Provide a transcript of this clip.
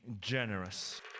generous